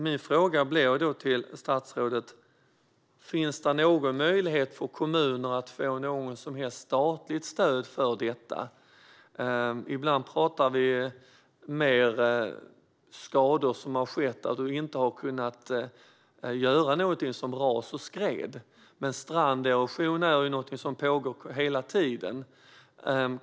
Min fråga till statsrådet blir: Finns det någon möjlighet för kommunerna att få något som helst statligt stöd för detta? Ibland talar vi mer om skador som har skett där man inte har kunnat göra någonting, som ras och skred. Men stranderosion är någonting som pågår hela tiden.